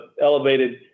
elevated